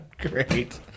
Great